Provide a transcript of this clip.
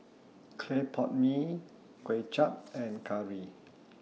Clay Pot Mee Kway Chap and Curry